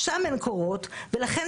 לכן,